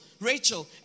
Rachel